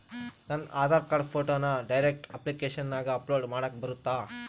ನನ್ನ ಆಧಾರ್ ಕಾರ್ಡ್ ಫೋಟೋನ ಡೈರೆಕ್ಟ್ ಅಪ್ಲಿಕೇಶನಗ ಅಪ್ಲೋಡ್ ಮಾಡಾಕ ಬರುತ್ತಾ?